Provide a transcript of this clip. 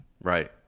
Right